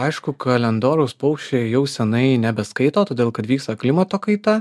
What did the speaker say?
aišku kalendoriaus paukščiai jau seniai nebeskaito todėl kad vyksta klimato kaita